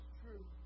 true